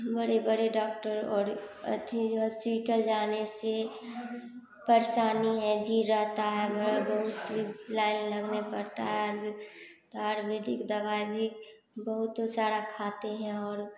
बड़े बड़े डॉक्टर और अथि हॉस्पिटल जाने से परेशानी है भीड़ रहता है बहुत लाइन लगने पड़ता है त आयुर्वेदिक दवाई भी बहुत सारा खाते हैं और